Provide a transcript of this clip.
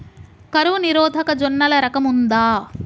కరువు నిరోధక జొన్నల రకం ఉందా?